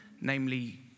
namely